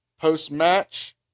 Post-match